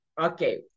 Okay